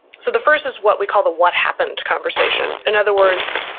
so the first is what we call the what happened conversation. in other words,